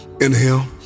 Inhale